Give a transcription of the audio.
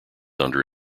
under